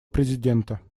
президента